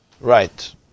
right